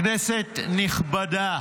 כנסת נכבדה,